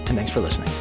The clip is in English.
and thanks for listening